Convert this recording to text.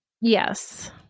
Yes